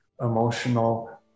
emotional